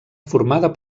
formada